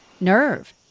nerve